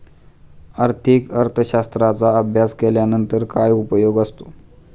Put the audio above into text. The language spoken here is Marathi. आर्थिक अर्थशास्त्राचा अभ्यास केल्यानंतर काय उपयोग असतो?